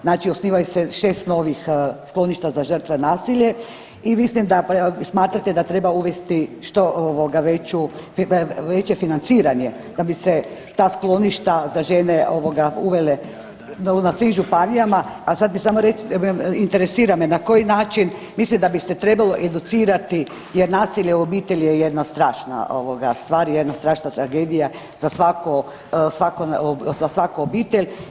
Znači osniva se šest novih skloništa za žrtve nasilja i mislim da smatrate da treba uvesti što veće financiranje da bi se ta skloništa za žene uvele na svim županijama, a sad mi samo recite, interesira me na koji način mislite da bi se trebalo educirati jer nasilje u obitelji je jedna strašna stvar, jedna strašna tragedija za svaku obitelj.